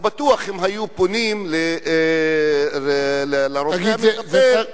אז בטוח שהיו פונים לרופא המטפל.